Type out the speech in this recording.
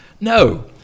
No